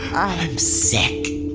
i'm sick!